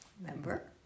Remember